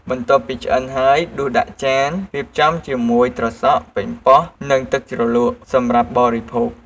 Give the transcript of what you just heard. បន្ទាប់ពីឆ្អិនហើយដួសដាក់ចាន រៀបចំជាមួយត្រសក់ ប៉េងប៉ោះ និងទឹកជ្រលក់ សម្រាប់បរិភោគ។